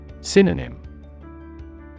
synonym